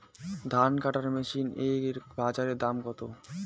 ধান কাটার মেশিন এর বাজারে দাম কতো?